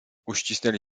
uścisnęli